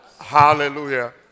Hallelujah